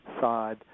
side